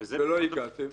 ולא הגעתם.